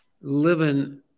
living